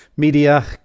media